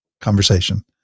conversation